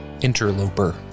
interloper